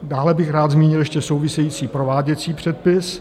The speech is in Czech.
Dále bych rád zmínil ještě související prováděcí předpis.